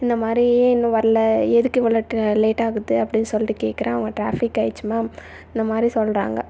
இந்த மாதிரியே இன்னும் வரல எதுக்கு இவ்வளோ லேட் லேட்டாகுது அப்படின்னு சொல்லிட்டு கேட்குறேன் அவங்க ட்ராஃபிக் ஆகிடுச்சி மேம் இந்த மாதிரி சொல்கிறாங்க